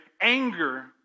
anger